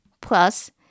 plus